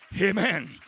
Amen